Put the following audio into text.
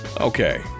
Okay